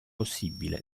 possibile